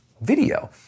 video